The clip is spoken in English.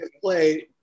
played